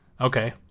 Okay